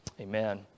Amen